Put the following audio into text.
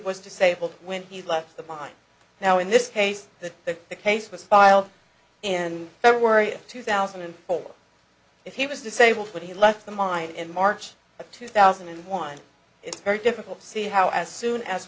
was disabled when he left the mine now in this case the case was filed in february of two thousand and four if he was disabled when he left the mine in march of two thousand and one it's very difficult to see how as soon as